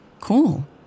Cool